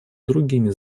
другими